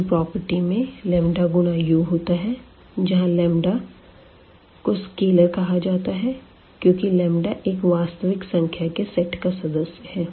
दूसरी प्रॉपर्टी में लंबदा गुणा u होता है जहाँ को स्केलर कहा जाता है क्यूँकि इस वास्तविक संख्या के सेट का सदस्य है